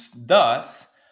thus